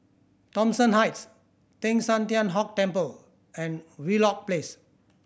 Thomson Heights Teng San Tian Hock Temple and Wheelock Place